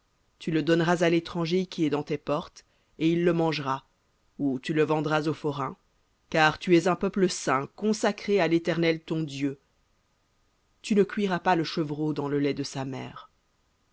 tu le donneras à l'étranger qui est dans tes portes et il le mangera ou tu le vendras au forain car tu es un peuple saint à l'éternel ton dieu tu ne cuiras pas le chevreau dans le lait de sa mère